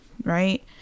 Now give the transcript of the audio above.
right